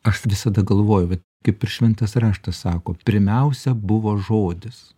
aš visada galvoju kaip ir šventas raštas sako pirmiausia buvo žodis